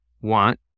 want